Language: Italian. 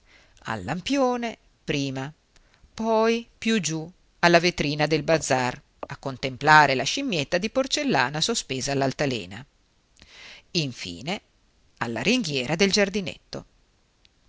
al lampione prima poi più giù alla vetrina del bazar a contemplare la scimmietta di porcellana sospesa all'altalena in fine alla ringhiera del giardinetto